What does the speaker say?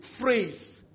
phrase